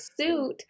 suit